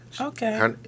Okay